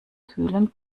kühlen